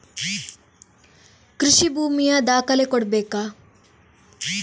ಕೃಷಿ ಭೂಮಿಯ ದಾಖಲೆ ಕೊಡ್ಬೇಕಾ?